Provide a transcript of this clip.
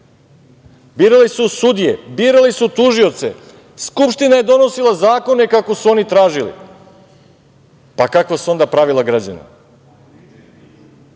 Birali su sudije, birali su tužioce, Skupština je donosila zakona kako su oni tražili, pa kakva su onda pravila građana?